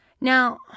Now